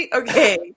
okay